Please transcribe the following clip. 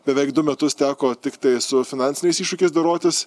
beveik du metus teko tiktai su finansiniais iššūkiais dorotis